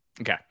okay